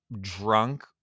drunk